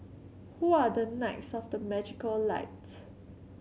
who are the knights of the magical light